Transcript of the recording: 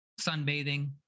sunbathing